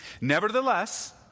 Nevertheless